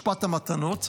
משפט המתנות,